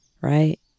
right